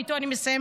ואיתו אני מסיימת,